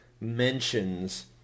mentions